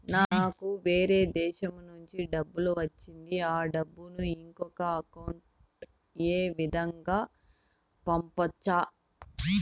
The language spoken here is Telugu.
నాకు వేరే దేశము నుంచి డబ్బు వచ్చింది ఆ డబ్బును ఇంకొక అకౌంట్ ఏ విధంగా గ పంపొచ్చా?